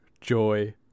joy